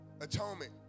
Atonement